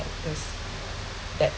because at